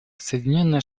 соединенные